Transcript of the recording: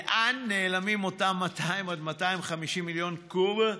לאן נעלמים אותם 200 עד 250 מיליון קוב?